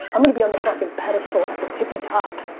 i'm gonna be on the fucking pedestal at the tippy top.